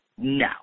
No